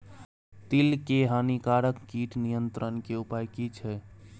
तिल के हानिकारक कीट नियंत्रण के उपाय की छिये?